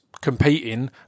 competing